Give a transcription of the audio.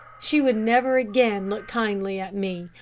she would never again look kindly at me,